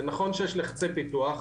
זה נכון שיש לחצי פיתוח,